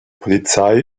polizei